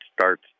starts